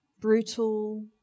brutal